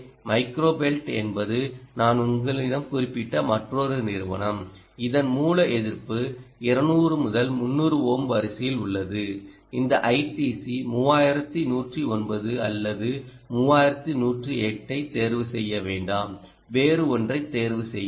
எனவே micro belt என்பது நான் உங்களிடம் குறிப்பிட்ட மற்றொரு நிறுவனம் இதன் மூல எதிர்ப்பு 200 முதல் 300 ஓம் வரிசையில் உள்ளது இந்த ஐடிசி 3109 அல்லது 3108 ஐ தேர்வு செய்ய வேண்டாம் வேறு ஒன்றைத் தேர்வு செய்யுங்கள்